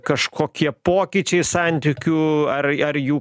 kažkokie pokyčiai santykių ar ar jų